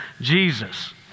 Jesus